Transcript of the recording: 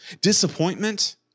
disappointment